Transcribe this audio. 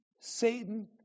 Satan